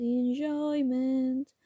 enjoyment